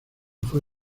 fue